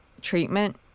treatment